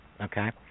okay